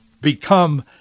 become